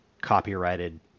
copyrighted